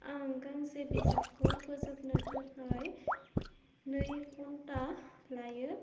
आं गांसे बिजाबखौ फोजोबनो थाखाइ नै घन्टा लायो